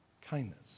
Kindness